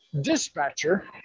dispatcher